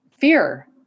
fear